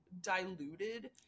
diluted